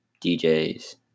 DJs